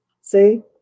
See